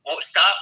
Stop